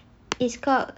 it's called